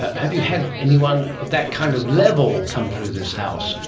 have you had anyone at that kind of level comes through this house?